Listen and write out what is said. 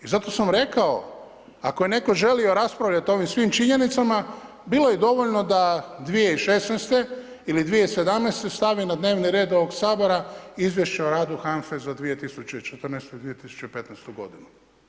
I zato sam rekao ako je netko želio raspravljati o ovim svim činjenicama, bilo je dovoljno da 2016. ili 2017. stave na dnevni red ovog Sabora izvješće o radu HANF-e za 2014. i 2015. godinu.